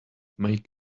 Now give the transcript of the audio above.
make